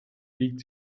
liegt